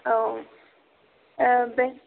औ औ दे